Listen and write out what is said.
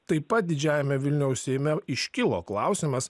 taip pat didžiajame vilniaus seime iškilo klausimas